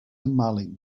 malik